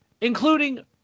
including